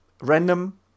Random